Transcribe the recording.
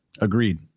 Agreed